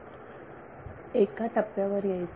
विद्यार्थी एका टप्प्यावर यायचे